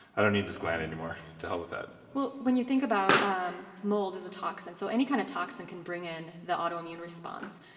i don't need this gland anymore. to hell with that. well, when you think about um mold as a toxin, so any kind of toxin can bring in the autoimmune response,